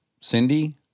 Cindy